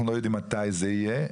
אנחנו לא יודעים מתי זה יהיה.